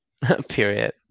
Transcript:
Period